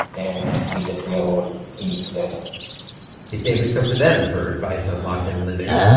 and i feel that we are all in it together his neighbors come to them for advice on lockdown living.